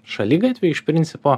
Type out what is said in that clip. šaligatviai iš principo